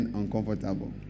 uncomfortable